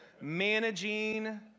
managing